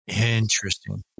Interesting